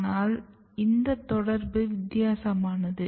ஆனால் இந்த தொடர்பு வித்தியாசமானது